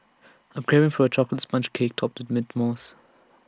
I am craving for A Chocolate Sponge Cake Topped with Mint Mousse